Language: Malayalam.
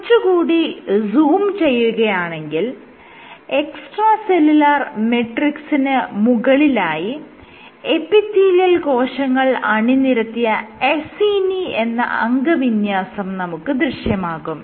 കുറച്ച് കൂടി സൂം ചെയ്യുകയാണെങ്കിൽ എക്സ്ട്രാ സെല്ലുലാർ മെട്രിക്സിന് മുകളിലായി എപ്പിത്തീലിയൽ കോശങ്ങൾ അണിനിരത്തിയ അസീനി എന്ന അംഗവിന്യാസം നമുക്ക് ദൃശ്യമാകും